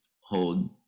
hold